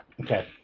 okay